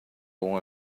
bom